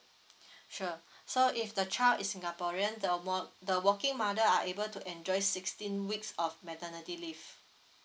sure so if the child is singaporean the wor~ the working mother are able to enjoy sixteen weeks of maternity leave